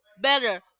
better